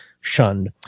shunned